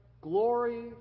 glory